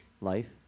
Life